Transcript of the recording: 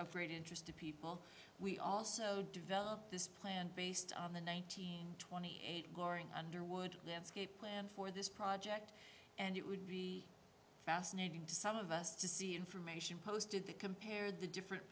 great interest to people we also develop this plan based on the nineteen twenty eight boring underwood landscape plan for this project and it would be fascinating to some of us to see information posted to compare the different